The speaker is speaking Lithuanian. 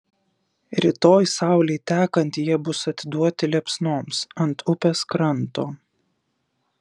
rytoj saulei tekant jie bus atiduoti liepsnoms ant upės kranto